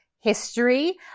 history